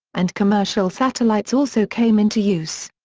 and commercial satellites also came into use.